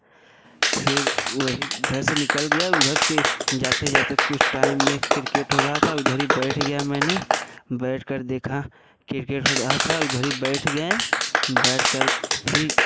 फिर वही घर से निकल गया उधर के जाते जाते कुछ टाइम में क्रिकेट हो रहा था उधर ही बैठ गया मैंने बैठकर देखा क्रिकेट हो रहा था उधर ही बैठ गए बैठकर फिर